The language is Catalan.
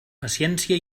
paciència